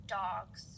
dogs